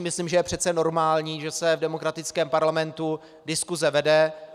Myslím, že je přece normální, že se v demokratickém parlamentu diskuse vede.